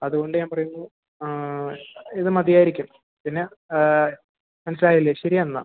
അത്കൊണ്ട് ഞാൻ പറയുന്നു ആ ഇത് മതിയായിരിക്കും പിന്നെ മനസ്സിലായില്ലേ ശരി എന്നാൽ